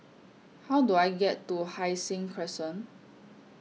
How Do I get to Hai Sing Crescent